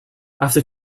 after